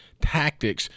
tactics